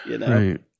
Right